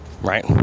Right